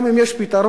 גם אם יש פתרונות,